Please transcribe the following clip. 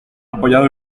apoyado